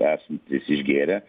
esantys išgėrę